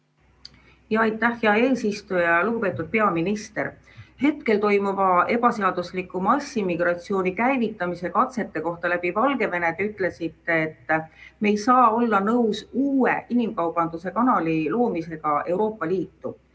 Aitäh, hea eesistuja! Lugupeetud peaminister! Hetkel toimuva ebaseadusliku massimmigratsiooni käivitamise katsete kohta läbi Valgevene te ütlesite, et me ei saa olla nõus uue inimkaubanduse kanali loomisega Euroopa Liitu.